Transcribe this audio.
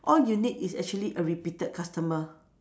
all you need is actually a repeated customer